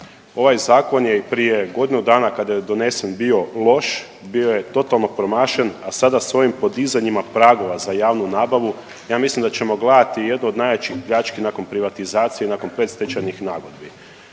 Ovaj zakon je i prije godinu dana kada je donesen bio loš, bio je totalno promašen, a sada s ovim podizanjima pragova za javnu nabavu ja mislim da ćemo gledati jednu od najjačih pljački nakon privatizacije i nakon pretstečajnih nagodbi.